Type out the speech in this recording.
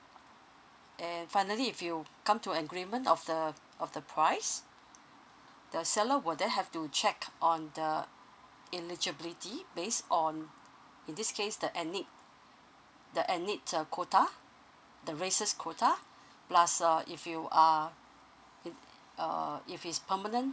and finally if you come to agreement of the of the price the seller will then have to check on the eligibility base on in this case the ethnic the ethnic uh quota the races quota plus uh if you uh if uh if it's permanent